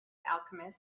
alchemist